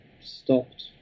stopped